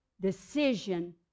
decision